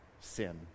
sin